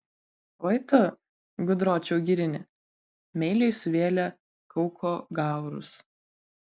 oi tu gudročiau girini meiliai suvėlė kauko gaurus